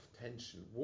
tension